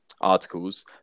articles